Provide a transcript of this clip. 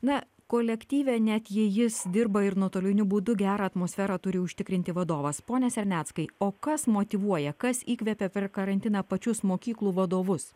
na kolektyve net jei jis dirba ir nuotoliniu būdu gerą atmosferą turi užtikrinti vadovas pone serneckai o kas motyvuoja kas įkvepia per karantiną pačius mokyklų vadovus